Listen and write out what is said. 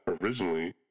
originally